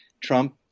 Trump